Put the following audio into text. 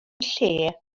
lle